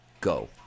Go